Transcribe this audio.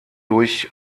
durch